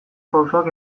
pausoak